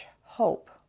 hope